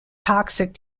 toxic